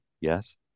Yes